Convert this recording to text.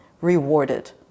rewarded